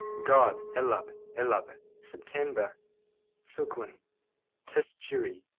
god elab elab. september tsiquin tischiri.